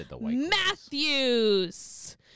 Matthews